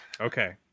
Okay